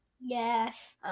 Yes